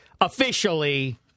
officially